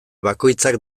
bakoitzak